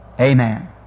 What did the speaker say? amen